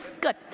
Good